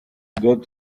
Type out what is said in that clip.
got